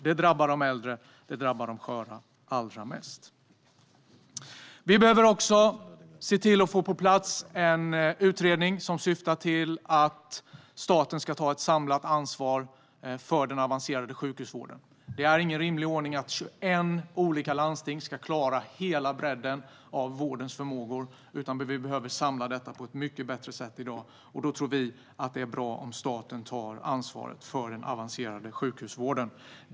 Det drabbar de äldre och sköra allra mest. Det behöver också komma på plats en utredning som syftar till att staten ska ta ett samlat ansvar för den avancerade sjukhusvården. Det är ingen rimlig ordning att 21 olika landsting ska klara hela bredden av vårdens förmågor, utan vi behöver samla dem på ett mycket bättre sätt i dag. Då tror vi att det är bra om staten tar ansvaret för den avancerade sjukhusvården.